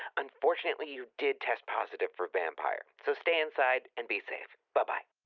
unfortunately, you did test positive for vampire, so stay inside and be safe. bye-bye.